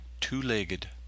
two-legged